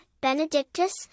benedictus